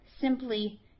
simply